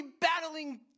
battling